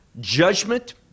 judgment